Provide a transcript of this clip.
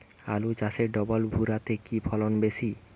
আলু চাষে ডবল ভুরা তে কি ফলন বেশি?